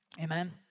Amen